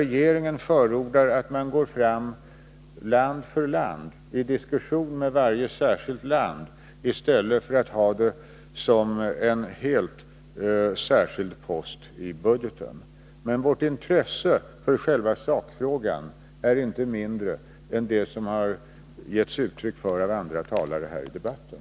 Regeringen förordar att man går fram land för land, att man för diskussioner med varje särskilt land, i stället för att ha det som en särskild post i budgeten. Men vårt intresse för själva sakfrågan är inte mindre än det som har getts uttryck för av andra talare här i debatten.